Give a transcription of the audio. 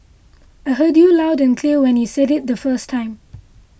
I heard you loud and clear when you said it the first time